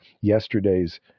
yesterday's